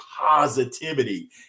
positivity